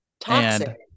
toxic